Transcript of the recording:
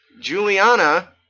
Juliana